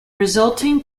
resulting